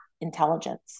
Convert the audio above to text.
intelligence